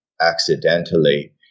accidentally